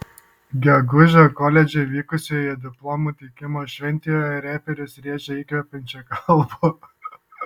gegužę koledže vykusioje diplomų teikimo šventėje reperis rėžė įkvepiančią kalbą